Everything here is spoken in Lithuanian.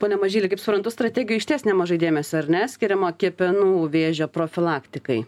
pone mažyli kaip suprantu strategijoj išties nemažai dėmesio ar ne skiriama kepenų vėžio profilaktikai